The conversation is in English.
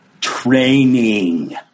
training